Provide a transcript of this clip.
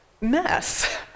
mess